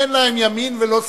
אין להם ימין ולא שמאל,